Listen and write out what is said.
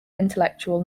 intellectual